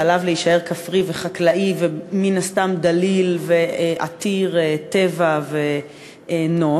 שעליו להישאר כפרי וחקלאי ומן הסתם דליל ועתיר טבע ונוף,